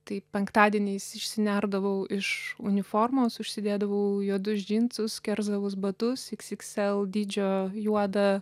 tai penktadieniais išsinerdavau iš uniformos užsidėdavau juodus džinsus kerzavus batus iks iks l dydžio juodą